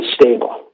stable